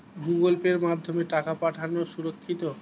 Google পের মাধ্যমে টাকা পাঠানোকে সুরক্ষিত?